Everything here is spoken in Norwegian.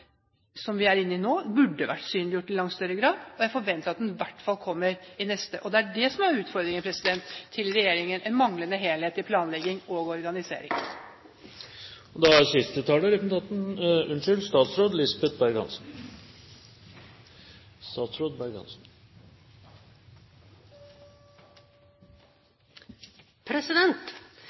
som vi er inne i nå, burde ha vært synliggjort i langt større grad, og jeg forventer at den i hvert fall kommer i neste. Det er det som er utfordringen til regjeringen – en manglende helhet i planlegging og organisering.